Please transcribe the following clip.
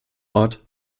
ort